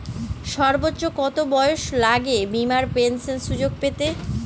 সর্বোচ্চ কত বয়স লাগে বীমার পেনশন সুযোগ পেতে?